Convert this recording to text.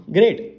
Great